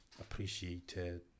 appreciated